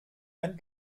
ein